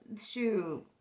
shoot